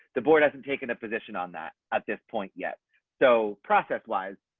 the board hasn't taken a position on that at this point yet so process wise.